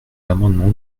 l’amendement